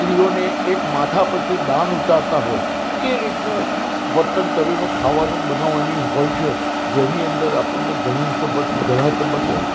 સ્ત્રીઓને એક માથા પરથી દાન ઉતારતાં હોય એ રીતનું વર્તન કરીને ખાવાનું બનાવવાની હોય છે જેની અંદર આપણને ઘણી ઘણાં તબક્કે